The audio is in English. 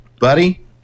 Buddy